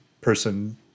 person